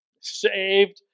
Saved